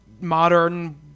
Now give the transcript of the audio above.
modern